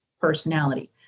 personality